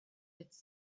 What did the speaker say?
its